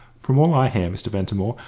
from all i hear, mr. ventimore,